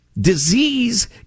Disease